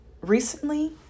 Recently